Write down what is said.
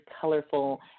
colorful